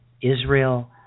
Israel